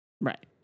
Right